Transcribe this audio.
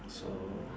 so